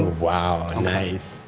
wow, nice.